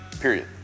period